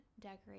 decorate